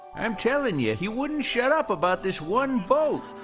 i'm telling you, he wouldn't shut up about this one boat.